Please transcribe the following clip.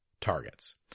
targets